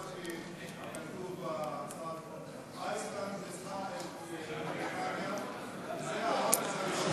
כתוב בהצעת חוק, איסלנד ניצחה את בריטניה,